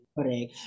Correct